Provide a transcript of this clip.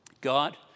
God